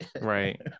Right